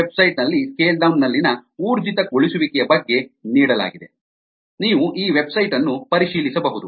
ಈ ವೆಬ್ಸೈಟ್ ನಲ್ಲಿ scale down ನಲ್ಲಿನ ಊರ್ಜಿತಗೊಳಿಸುವಿಕೆಯ ಬಗ್ಗೆ ನೀಡಲಾಗಿದೆ ನೀವು ಈ ವೆಬ್ಸೈಟ್ ಅನ್ನು ಪರಿಶೀಲಿಸಬಹುದು